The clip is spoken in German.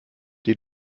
die